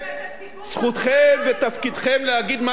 לכן, זכותכם להגיד מה שאתם רוצים